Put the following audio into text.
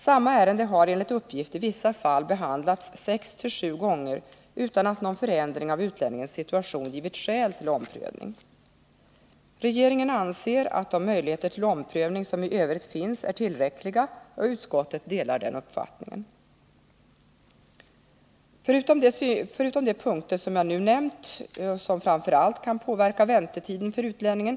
Samma ärende har enligt uppgift i vissa fall behandlats sex sju gånger utan att någon förändring av utlänningens situation givit skäl till omprövning. Regeringen anser att de möjligheter till omprövning som i övrigt finns är tillräckliga, och utskottet delar den uppfattningen. Framför allt de förslag till ändringar jag nu nämnt syftar till att påverka väntetiden för utlänningen.